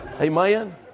Amen